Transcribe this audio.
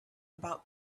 about